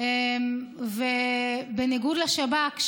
בניגוד לשב"כ,